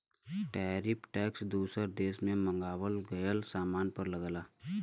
tariff tax दूसर देश से मंगावल गयल सामान पर लगला